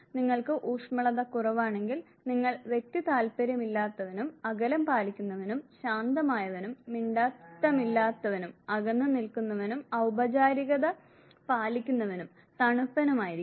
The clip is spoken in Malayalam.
നിങ്ങൾക്ക് ഊഷ്മളത കുറവാണെങ്കിൽ നിങ്ങൾ വ്യക്തിതാത്പര്യമില്ലാത്തവനും അകലം പാലിക്കുന്നവനും ശാന്തമായവനും മിണ്ടാട്ടമില്ലാത്തവനും അകന്ന് നിൽക്കുന്നവനും ഔപചാരികത പാലിക്കുന്നവനും തണുപ്പനുമായിരിക്കും